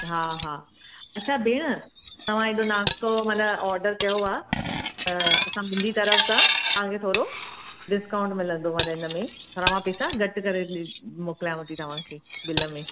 हा हा अच्छा भेण तव्हां हेॾो नास्तो माना आडर कयो आहे त असां मुंहिंजी तरफ़ सां तव्हांखे थोरो डिस्काउंट मिलंदो हाली हिन में तव्हांखे पैसा घटि करे ॾी मोकिलियांव थी तव्हांखे बिल में